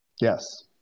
Yes